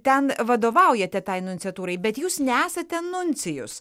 ten vadovaujate tai nunciatūrai bet jūs nesate nuncijus